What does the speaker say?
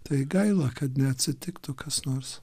tai gaila kad neatsitiktų kas nors